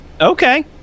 okay